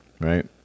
right